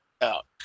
out